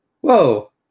Whoa